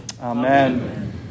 Amen